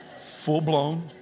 Full-blown